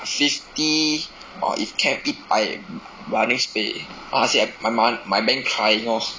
fifty or if cap it I by next pay cause I say I my mon~ my bank crying lor